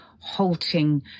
halting